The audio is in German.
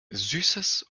süßes